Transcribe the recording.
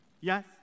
Yes